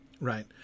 right